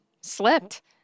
slipped